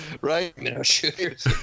Right